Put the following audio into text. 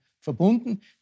verbunden